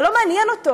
זה לא מעניין אותו.